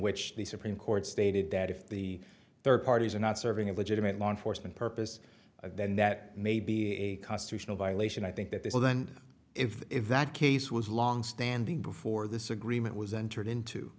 which the supreme court stated that if the third parties are not serving a legitimate law enforcement purpose then that may be a constitutional violation i think that they will then if that case was longstanding before this agreement was entered into